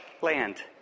land